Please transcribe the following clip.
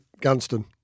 Gunston